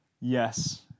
yes